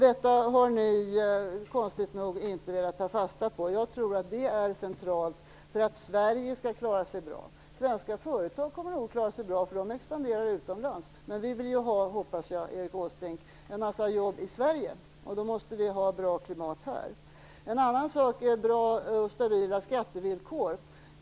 Detta har ni konstigt nog inte velat ta fasta på. Jag tror att det är centralt för att Sverige skall klara sig bra. Svenska företag kommer nog att klara sig bra, för de expanderar utomlands, men jag hoppas, Erik Åsbrink, att ni också vill ha en mängd jobb i Sverige, och då måste vi ha ett bra klimat här. En annan sak är bra och stabila skattevillkor.